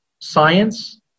science